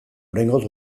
oraingoz